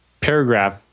paragraph